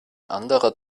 anderer